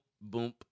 boom